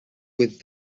with